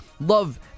love